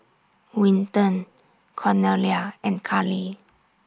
Winton Cornelia and Carli